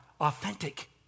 authentic